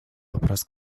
вопрос